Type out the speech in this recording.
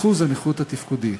אחוז הנכות התפקודית.